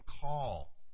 call